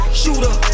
shooter